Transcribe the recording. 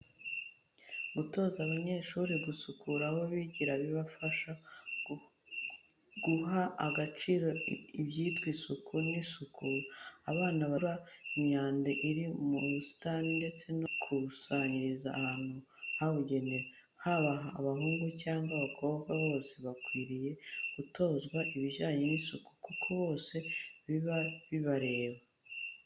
Gutoza abanyeshuri gusukura aho bigira bibafasha guha agaciro ibyitwa isuku n'isukura. Abana batozwa gukubura imyanda iri mu busitani ndetse no kuyikusanyiriza ahantu habugenewe. Haba abahungu cyangwa abakobwa bose bakwiriye gutozwa ibijyane n'isuku kuko bose biba bibareba.